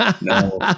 no